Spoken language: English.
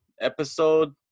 episode